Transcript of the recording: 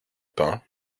pain